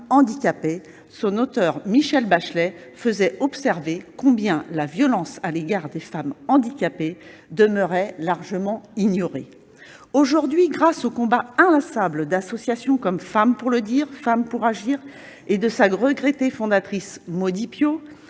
handicapées. Son auteure, Michelle Bachelet, faisait observer combien la violence à l'égard des femmes handicapées demeurait « largement ignorée ». Aujourd'hui, grâce au combat inlassable d'associations comme Femmes pour le Dire, Femmes pour Agir et de sa regrettée fondatrice, Maudy Piot,